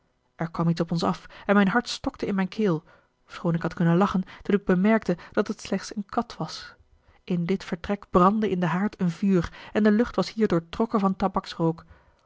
er kwam iets op ons af en mijn hart stokte in mijn keel ofschoon ik had kunnen lachen toen ik bemerkte dat het slechts een kat was in dit vertrek brandde in den haard een vuur en de lucht was hier doortrokken van